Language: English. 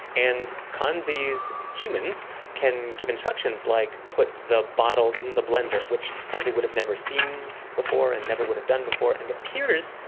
and kanzi's humans can give instructions like put the bottle in the blender, which kanzi would have never seen before and never would have done before and appears,